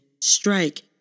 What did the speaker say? Strike